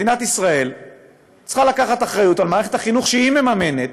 מדינת ישראל צריכה לקחת אחריות על מערכת החינוך שהיא מממנת